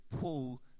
pull